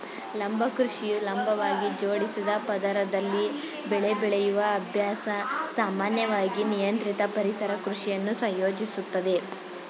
ಲಂಬ ಕೃಷಿಯು ಲಂಬವಾಗಿ ಜೋಡಿಸಿದ ಪದರದಲ್ಲಿ ಬೆಳೆ ಬೆಳೆಯುವ ಅಭ್ಯಾಸ ಸಾಮಾನ್ಯವಾಗಿ ನಿಯಂತ್ರಿತ ಪರಿಸರ ಕೃಷಿಯನ್ನು ಸಂಯೋಜಿಸುತ್ತದೆ